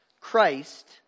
Christ